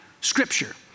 scripture